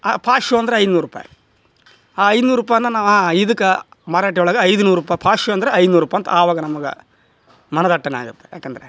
ಪಾಶೋ ಅಂದರೆ ಐನೂರು ರೂಪಾಯಿ ಆ ಐನೂರು ರೂಪಾಯಿನ ನಾವು ಇದಕ್ಕೆ ಮರಾಠಿ ಒಳಗೆ ಐದು ನೂರು ರೂಪಾಯಿ ಪಾಶೋ ಅಂದ್ರೆ ಐನೂರು ರೂಪಾಯಿ ಅಂತ ಅವಾಗ ನಮ್ಗೆ ಮನದಟ್ಟನೆ ಆಗತ್ತೆ ಯಾಕಂದರೆ